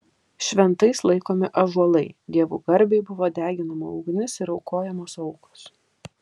šventais laikomi ąžuolai dievų garbei buvo deginama ugnis ir aukojamos aukos